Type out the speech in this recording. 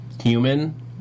human